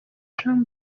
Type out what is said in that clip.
jean